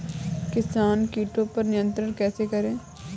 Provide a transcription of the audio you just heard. किसान कीटो पर नियंत्रण कैसे करें?